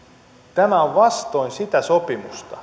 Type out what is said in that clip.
tämä on vastoin sitä sopimusta